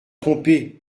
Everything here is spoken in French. trompé